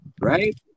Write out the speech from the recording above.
right